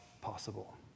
possible